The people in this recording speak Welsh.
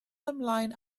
ymlaen